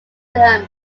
them